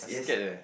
scared eh